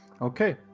Okay